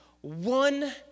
one